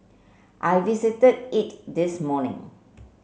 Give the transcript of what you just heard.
I visited it this morning